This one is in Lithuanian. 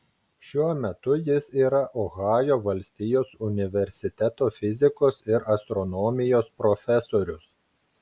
šiuo metu jis yra ohajo valstijos universiteto fizikos ir astronomijos profesorius